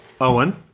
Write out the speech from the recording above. Owen